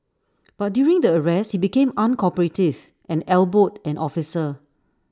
but during the arrest he became uncooperative and elbowed an officer